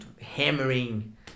hammering